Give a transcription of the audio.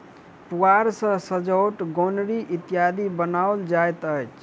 पुआर सॅ सजौट, गोनरि इत्यादि बनाओल जाइत अछि